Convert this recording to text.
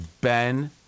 Ben